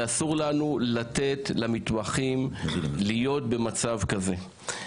ואסור לנו לתת למתמחים להיות במצב כזה.